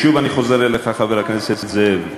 שוב אני חוזר אליך, חבר הכנסת זאב: